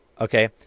Okay